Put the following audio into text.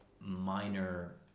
minor